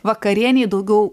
vakarienei daugiau